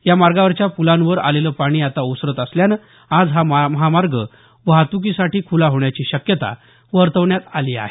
या मार्गावरच्या पुलांवर आलेलं पाणी आता ओसरत असल्यानं आज हा महामार्ग वाहतुकीसाठी खुला होण्याची शक्यता वर्तवण्यात आली आहे